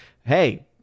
hey